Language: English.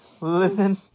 living